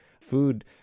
food